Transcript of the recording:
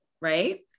Right